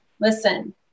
listen